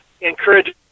encourage